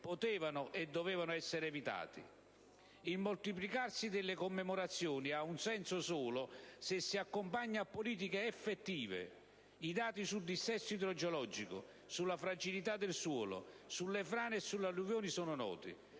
«potevano e dovevano essere evitati». Il moltiplicarsi delle commemorazioni ha un senso solo se si accompagna a politiche efficaci. I dati sul dissesto idrogeologico, sulla fragilità del suolo, sulle frane e le alluvioni sono noti.